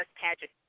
Pageant